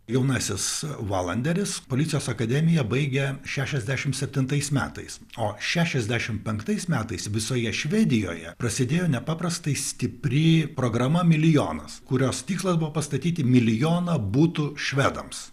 jaunasis valanderis policijos akademiją baigė šešiasdešimt septintais metais o šešiasdešimt penktais metais visoje švedijoje prasidėjo nepaprastai stipri programa milijonas kurios tikslas buvo pastatyti milijoną būtų švedams